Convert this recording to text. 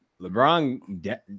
LeBron